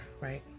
right